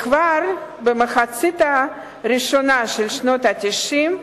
כבר במחצית הראשונה של שנות ה-90,